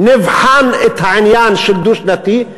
נבחן את העניין של דו-שנתי,